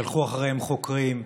שלחו אחריהם חוקרים,